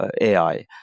ai